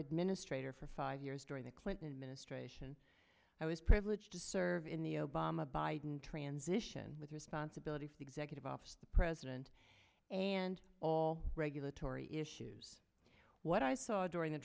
administrator for five years during the clinton administration i was privileged to serve in the obama biden transition with responsibilities to executive office president and all regulatory issues what i saw during the